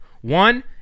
One